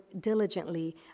diligently